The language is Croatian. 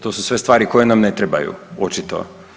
To su sve stvari koje nam ne trebaju očito.